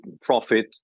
profit